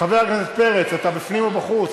חבר הכנסת פרץ, אתה בפנים או בחוץ?